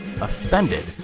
offended